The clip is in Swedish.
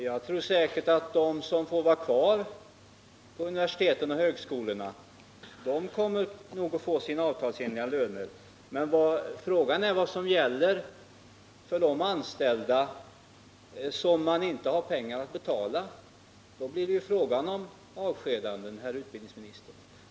Herr talman! De som får vara kvar på universiteten och högskolorna kommer nog att få sina avtalsenliga löner, men frågan är vad som gäller för de anställda som man inte har pengar att betala för. Då blir det ju fråga om avskedanden, herr utbildningsminister.